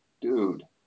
dude